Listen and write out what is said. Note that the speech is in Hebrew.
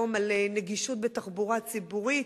על נגישות בתחבורה ציבורית,